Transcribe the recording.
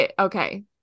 okay